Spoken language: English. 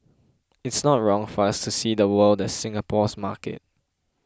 it's not wrong for us to see the world as Singapore's market